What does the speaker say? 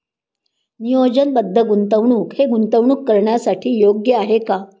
नियोजनबद्ध गुंतवणूक हे गुंतवणूक करण्यासाठी योग्य आहे का?